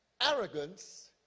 arrogance